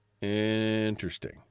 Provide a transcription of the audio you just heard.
interesting